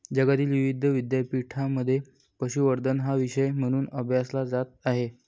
जगातील विविध विद्यापीठांमध्ये पशुसंवर्धन हा विषय म्हणून अभ्यासला जात आहे